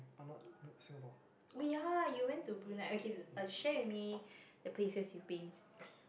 but not Singapore